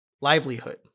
livelihood